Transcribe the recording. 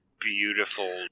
beautiful